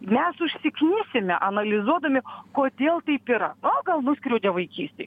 mes užsiknisime analizuodami kodėl taip yra nu gal nuskriaudė vaikystėj